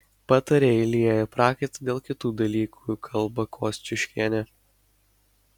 patarėjai lieja prakaitą dėl kitų dalykų kalba kosciuškienė